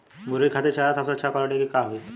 मुर्गी खातिर चारा सबसे अच्छा क्वालिटी के का होई?